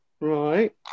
right